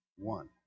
One